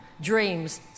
dreams